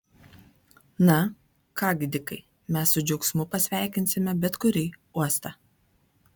na ką gi dikai mes su džiaugsmu pasveikinsime bet kurį uostą